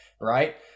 right